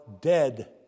dead